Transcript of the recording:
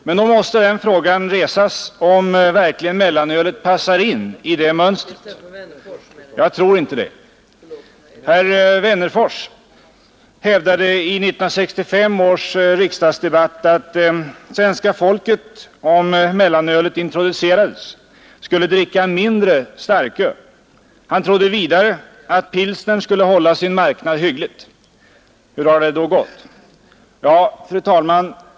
Men då måste den frågan resas om verkligen mellanölet passar in i det mönstret. Jag tror inte det. Herr Wennerfors hävdade i 1965 års riksdagsdebatt att svenska folket, om mellanölet introducerades, skulle dricka mindre starköl. Han trodde vidare att pilsnern skulle hålla sin marknad hyggligt. Hur har det då gått? Fru talman!